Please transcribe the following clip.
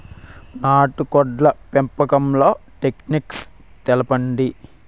నాటుకోడ్ల పెంపకంలో టెక్నిక్స్ తెలుపండి?